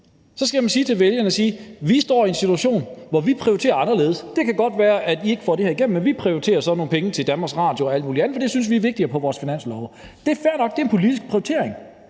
Så skal man sige til vælgerne: Vi står i en situation, hvor vi prioriterer anderledes. Det kan godt være, at vi ikke får det her igennem, men vi prioriterer så nogle penge til Danmarks Radio og alt muligt andet, for det synes vi er vigtigere på vores finanslove. Det er fair nok. Det er en politisk prioritering.